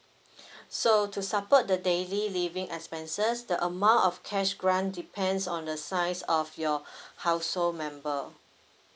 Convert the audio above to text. so to supper the daily living expenses the amount of cash grant depends on the size of your household member